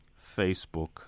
Facebook